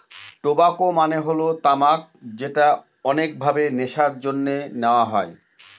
টবাক মানে হল তামাক যেটা অনেক ভাবে নেশার জন্যে নেওয়া হয়